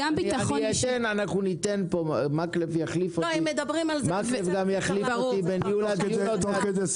חבר הכנסת מקלב יחליף אותי בניהול הדיון.